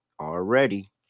already